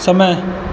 समय